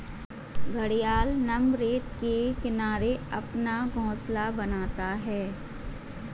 घड़ियाल नम रेत के किनारे अपना घोंसला बनाता है